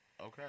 Okay